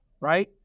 right